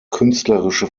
künstlerische